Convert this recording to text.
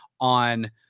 on